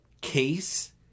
case